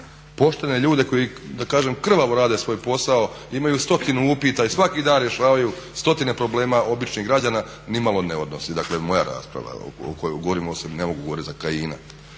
poštene ljude koji da kažem krvavo rade svoj posao imaju stotinu upita i svaki dan rješavaju stotine problema običnih građana nimalo ne odnosi, dakle moja rasprava o kojoj govorim, ne mogu govorit za Kajina.